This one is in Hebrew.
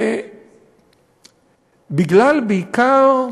ובגלל בעיקר,